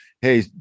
Hey